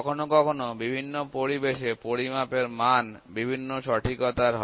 কখনো কখনো বিভিন্ন পরিবেশে পরিমাপের মান বিভিন্ন সঠিকতা র হয়